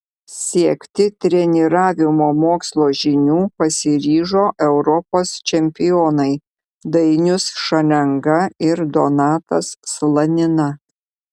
siekti treniravimo mokslo žinių pasiryžo europos čempionai dainius šalenga ir donatas slanina